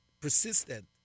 persistent